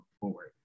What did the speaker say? forward